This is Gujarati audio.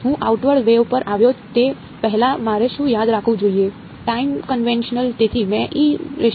હું આઉટવર્ડ વેવ પર આવ્યો તે પહેલાં મારે શું યાદ રાખવું જોઈએ ટાઇમ કન્વેન્શનલ